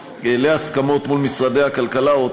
להסכמות מול משרדי הכלכלה והתעשייה,